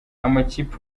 amakipe